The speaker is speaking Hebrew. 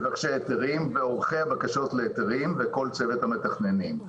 מבקשי ההיתרים ועורכי הבקשות להיתרים וכל צוות המתכננים.